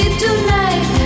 tonight